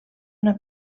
una